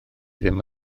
ddim